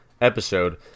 episode